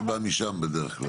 אני בא משם בדרך כלל.